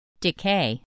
Decay